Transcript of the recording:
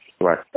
Right